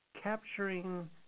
capturing